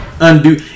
undo